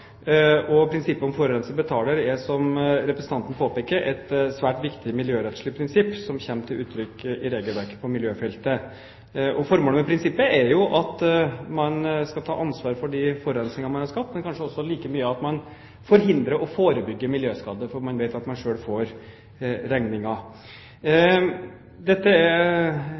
Prinsippet om forurenser betaler er, som representanten påpeker, et svært viktig miljørettslig prinsipp som kommer til uttrykk i regelverket på miljøfeltet. Formålet med prinsippet er at man skal ta ansvar for de forurensningene man har skapt, men kanskje like mye at man forhindrer og forebygger miljøskader, for man vet at man selv får regningen. Dette er